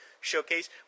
Showcase